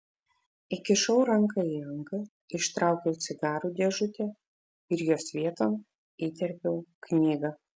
įkišau ranką į angą ištraukiau cigarų dėžutę ir jos vieton įterpiau knygą